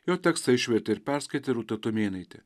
jo tekstą išvertė ir perskaitė rūta tumėnaitė